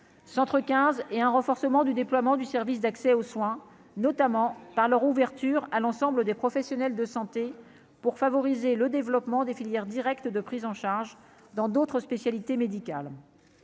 centre 15 et un renforcement du déploiement du service d'accès aux soins, notamment par leur ouverture à l'ensemble des professionnels de santé pour favoriser le développement des filières directe de prise en charge dans d'autres spécialités médicales,